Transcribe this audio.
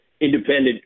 independent